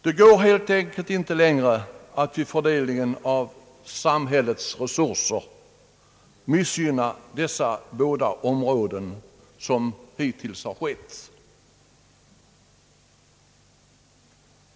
Det går helt enkelt inte längre att vi som hittills har skett vid fördelningen av samhällets resurser missgynnar dessa båda områden.